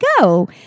go